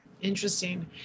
Interesting